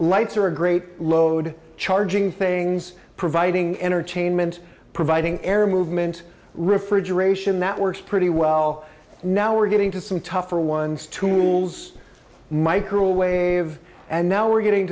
lights are a great load charging things providing entertainment providing air movement refrigeration that works pretty well now we're getting to some tougher ones tools microwave and now we're getting